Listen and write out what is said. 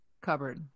cupboard